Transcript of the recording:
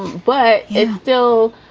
but it's still